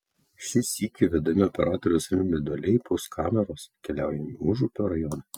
šį sykį vedami operatoriaus rimvydo leipaus kameros keliaujame į užupio rajoną